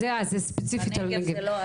זה ספציפית לנגב.